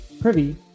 Privy